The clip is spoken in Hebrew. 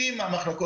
כמובן,